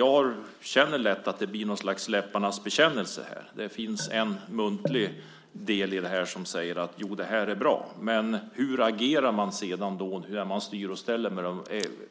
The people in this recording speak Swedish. Jag känner att det lätt blir något slags läpparnas bekännelse här. Det finns en muntlig del som säger: Jo, det här är bra. Men hur agerar man sedan när man styr och ställer med de